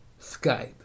skype